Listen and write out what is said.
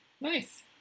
Nice